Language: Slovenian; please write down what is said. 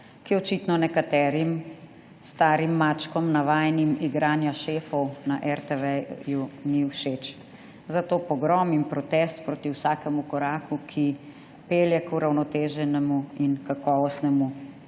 ki očitno nekaterim starim mačkom, navajenim igranja šefov na RTV, ni všeč. Zato pogrom in protest proti vsakemu koraku, ki pelje k uravnoteženemu in kakovostnemu